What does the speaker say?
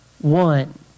one